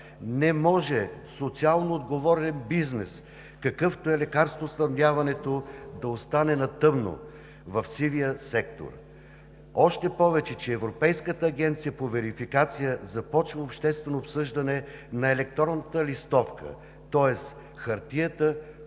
не може социално отговорен бизнес, какъвто е лекарствоснабдяването, да остане на тъмно, в сивия сектор, още повече че Европейската агенция по верификация започва обществено обсъждане на електронната листовка, тоест хартията